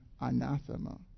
anathema